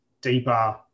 deeper